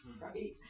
right